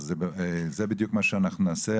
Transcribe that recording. זה בדיוק מה שאנחנו נעשה.